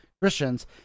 Christians